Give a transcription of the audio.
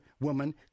woman